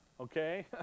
okay